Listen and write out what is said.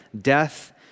death